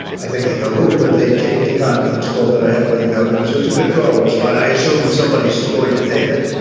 i think i know who, but they taped a conference call that i had with a governors who's a good girl who was i assume somebody is going to tape it.